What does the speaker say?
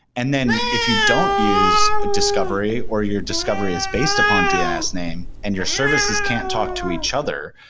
and then if you don't use a discovery or your discovery is based upon dns name and your services can't talk to each other,